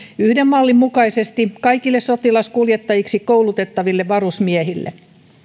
yhden mallin mukaisesti kaikille sotilaskuljettajiksi koulutettaville varusmiehille